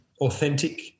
Authentic